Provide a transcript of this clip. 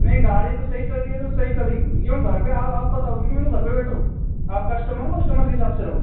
नहीं गाड़ी तो सही चल रही है तो सही चले क्यों घर पर अब आप बताओगे कि मेरे को घर पर बैठो आप कस्टमर हो कस्टमर के हिसाब से रहो